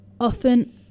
often